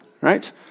right